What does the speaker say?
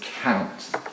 count